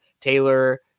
Taylor